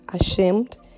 ashamed